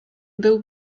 był